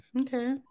Okay